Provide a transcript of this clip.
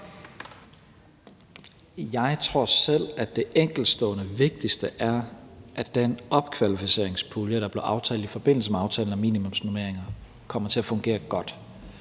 Jeg tror selv, at det enkeltstående vigtigste er, at den opkvalificeringspulje, der blev aftalt i forbindelse med aftalen om minimumsnormeringer, kommer til at fungere godt.